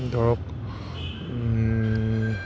ধৰক